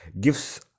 gives